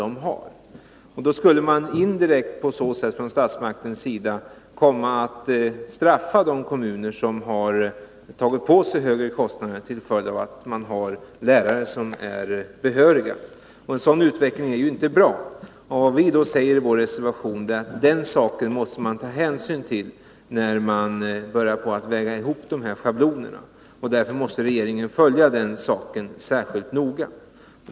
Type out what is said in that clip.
På så sätt skulle man indirekt från statsmakternas sida komma att straffa de kommuner som tagit på sig högre kostnader till följd av att de har behöriga lärare. En sådan utveckling är inte bra. Vad vi säger i vår reservation är att man måste ta hänsyn till den saken, när man väger ihop schablonerna. Därför måste regeringen följa den här frågan särskilt noga.